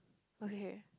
okay